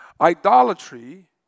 Idolatry